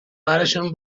برشون